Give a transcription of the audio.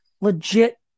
legit